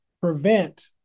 prevent